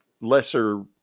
lesser